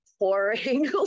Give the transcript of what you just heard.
pouring